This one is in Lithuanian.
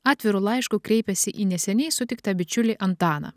atviru laišku kreipėsi į neseniai sutiktą bičiulį antaną